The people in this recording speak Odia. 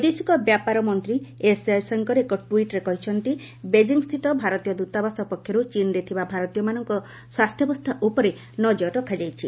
ବୈଦେଶିକ ବ୍ୟାପାର ମନ୍ତ୍ରୀ ଏସ୍ ଜୟଶଙ୍କର ଏକ ଟ୍ୱିଟ୍ରେ କହିଛନ୍ତି ବେଜିଂ ସ୍ଥିତ ଭାରତୀୟ ଦୂତାବାସ ପକ୍ଷରୁ ଚୀନ୍ରେ ଥିବା ଭାରତୀୟମାନଙ୍କ ସ୍ୱାସ୍ଥ୍ୟାବସ୍ଥା ଉପରେ ନଜର ରଖାଯାଇଛି